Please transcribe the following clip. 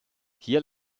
hier